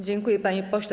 Dziękuję, panie pośle.